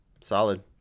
Solid